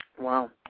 Wow